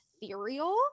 ethereal